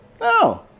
No